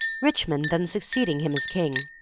richmond then succeeding him as king.